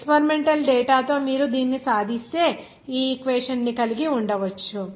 experimental data తో మీరు దీన్ని సాధిస్తే ఈ ఈక్వేషన్ ని కలిగి ఉండవచ్చు